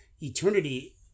eternity